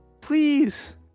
Please